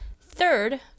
Third